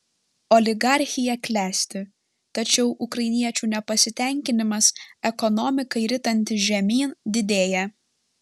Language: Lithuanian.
oligarchija klesti tačiau ukrainiečių nepasitenkinimas ekonomikai ritantis žemyn didėja